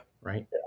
right